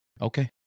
Okay